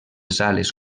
sales